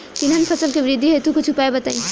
तिलहन फसल के वृद्धि हेतु कुछ उपाय बताई?